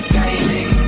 gaming